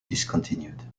discontinued